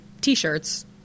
T-shirts